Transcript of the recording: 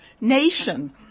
nation